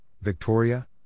Victoria